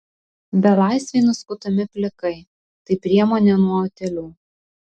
belaisviai nuskutami plikai tai priemonė nuo utėlių